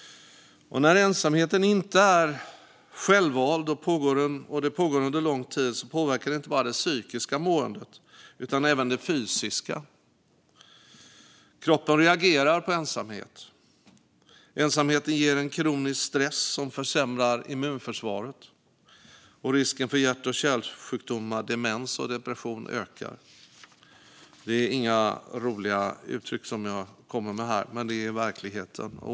När ensamheten inte är självvald och när den pågår under lång tid påverkar den inte bara det psykiska måendet utan även det fysiska. Kroppen reagerar på ensamhet. Ensamheten ger en kronisk stress som försämrar immunförsvaret, och risken för hjärt och kärlsjukdomar, demens och depression ökar. Det är inga roliga begrepp jag kommer med här, men det är verkligheten.